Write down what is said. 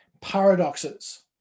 paradoxes